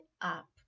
up